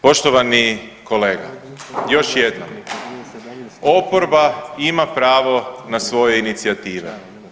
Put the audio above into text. Poštovani kolega još jednom, oporba ima pravo na svoje inicijative.